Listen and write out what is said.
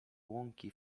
łąki